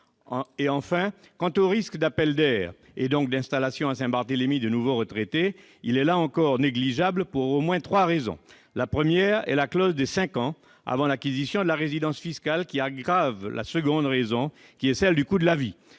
Enfin, quant au risque d'appel d'air, et donc d'installation à Saint-Barthélemy de nouveaux retraités, il est là encore négligeable, pour au moins trois raisons. La première est la clause de cinq ans avant l'acquisition de la résidence fiscale, qui aggrave la deuxième raison, le coût de la vie.